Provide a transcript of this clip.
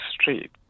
street